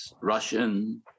Russian